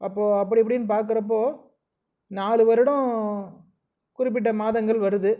அப்போது அப்படி இப்படினு பார்க்கறப்போ நாலு வருடம் குறிப்பிட்ட மாதங்கள் வருது